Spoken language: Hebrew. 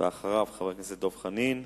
דב חנין,